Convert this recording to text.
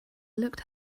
looked